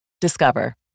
Discover